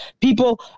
people